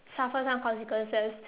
suffer some consequences